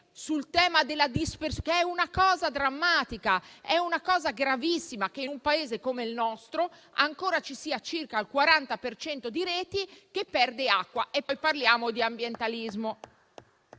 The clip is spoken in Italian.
sul tema della dispersione, che è una cosa drammatica. È una cosa gravissima che in un Paese come il nostro ci sia ancora circa il 40 per cento delle reti che perde acqua. E poi parliamo di ambientalismo!